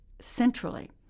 centrally